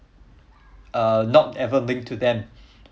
uh not ever linked to them